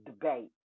debate